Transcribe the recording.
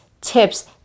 tips